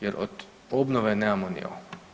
Jer od obnove nemamo ni „o“